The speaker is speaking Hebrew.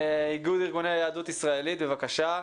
איגוד ארגוני היהדות הישראלית בבקשה.